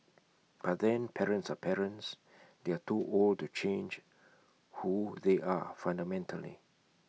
but then parents are parents they are too old to change who they are fundamentally